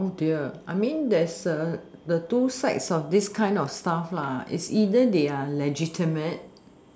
oh dear I mean there's a the two sides of this kind of stuffs lah it's either they are legitimate